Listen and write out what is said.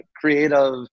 creative